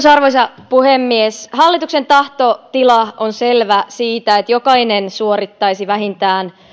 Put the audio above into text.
arvoisa puhemies hallituksen tahtotila siitä että jokainen suorittaisi vähintään